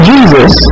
Jesus